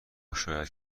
شاید